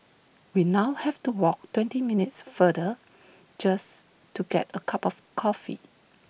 we now have to walk twenty minutes farther just to get A cup of coffee